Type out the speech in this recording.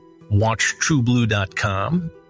WatchTrueBlue.com